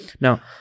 Now